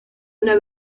una